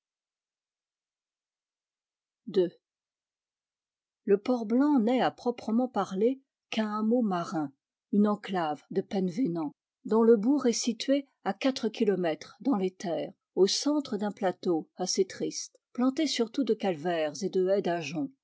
ii le port blanc n'est à proprement parler qu'un hameau marin une enclave de penvénan dont le bourg est situé à quatre kilomètres dans les terres au centre d'un plateau assez triste planté surtout de calvaires et de